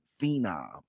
phenom